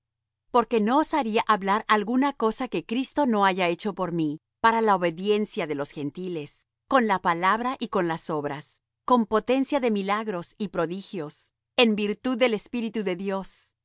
porque no osaría hablar alguna cosa que cristo no haya hecho por mí para la obediencia de los gentiles con la palabra y con las obras con potencia de milagros y prodigios en virtud del espíritu de dios